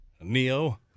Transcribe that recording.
Neo